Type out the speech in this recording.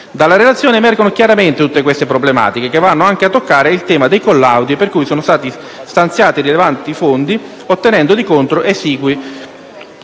Dalla relazione emergono chiaramente tutte queste problematiche, che vanno anche a toccare il tema dei collaudi per cui sono stati stanziati rilevanti fondi, ottenendo, di contro,